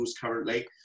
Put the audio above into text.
currently